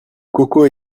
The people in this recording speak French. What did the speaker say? coco